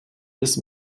ist